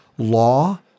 law